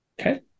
Okay